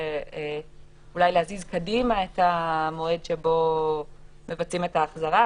אולי להזיז קדימה את המועד שבו מבצעים את ההחזרה.